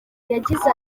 yagize